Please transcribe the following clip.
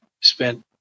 spent